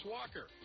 Walker